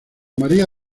maría